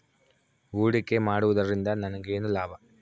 ಹೂಡಿಕೆ ಮಾಡುವುದರಿಂದ ನನಗೇನು ಲಾಭ?